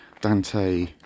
Dante